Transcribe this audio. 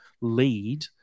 lead